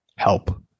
Help